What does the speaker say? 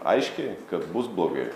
aiškiai kad bus blogai